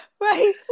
right